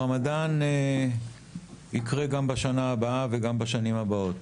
הרמדאן יקרה גם בשנה הבאה וגם בשנים הבאות.